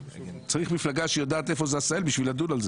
צריך מפלגה שיודעת איפה זה עשהאל בשביל לדון על זה.